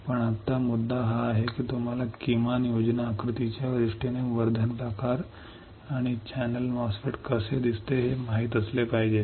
पण आत्ता मुद्दा हा आहे की तुम्हाला कसे माहित असावे वर्धन प्रकार आणि चॅनेल MOSFET कमीतकमी योजनाबद्ध आकृतीच्या दृष्टीने दिसते